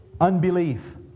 unbelief